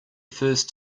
first